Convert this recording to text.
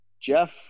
Jeff